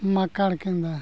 ᱢᱟᱠᱟᱲ ᱠᱮᱸᱫᱟ